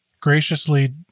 graciously